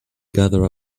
gather